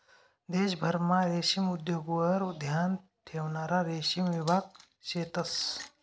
देशभरमा रेशीम उद्योगवर ध्यान ठेवणारा रेशीम विभाग शेतंस